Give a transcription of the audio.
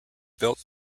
built